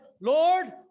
Lord